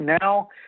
Now